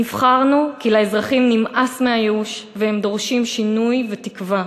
נבחרנו כי לאזרחים נמאס מהייאוש והם דורשים שינוי ותקווה.